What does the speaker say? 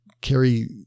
carry